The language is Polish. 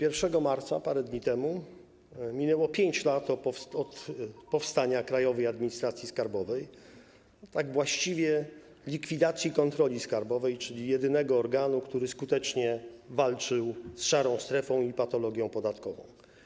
1 marca - parę dni temu - minęło 5 lat od utworzenia Krajowej Administracji Skarbowej, a właściwie od likwidacji kontroli skarbowej, czyli jedynego organu, który skutecznie walczył z szarą strefą i patologią podatkową.